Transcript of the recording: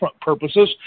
purposes